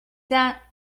that